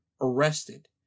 arrested